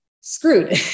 screwed